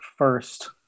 first